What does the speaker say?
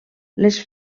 les